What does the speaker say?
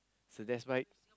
so that's why